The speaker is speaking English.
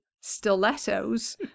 stilettos